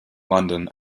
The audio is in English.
london